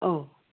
औ